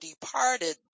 departed